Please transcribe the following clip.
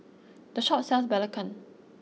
this shop sells Belacan